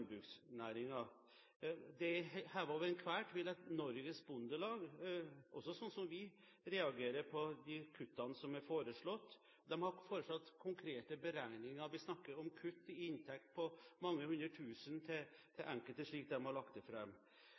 Det er hevet over enhver tvil at også Norges Bondelag, slik som vi, reagerer på de kuttene som er foreslått, og de har foretatt konkrete beregninger. Vi snakker om kutt i inntekter på mange hundre tusen for enkelte, slik de har lagt det